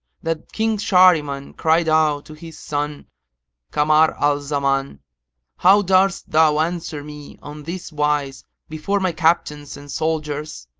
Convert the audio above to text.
that king shahriman cried out to his son kamar al-zaman, how durst thou answer me on this wise before my captains and soldiers?